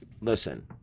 Listen